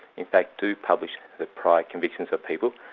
in fact do publish the prior convictions of people,